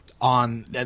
on –